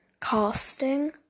casting